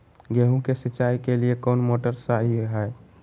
गेंहू के सिंचाई के लिए कौन मोटर शाही हाय?